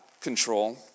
control